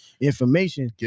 information